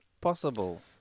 possible